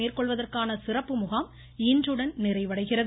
மேற்கொள்வதற்கான சிறப்பு முகாம் இன்றுடன் நிறைவடைகிறது